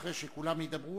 אחרי שכולם ידברו,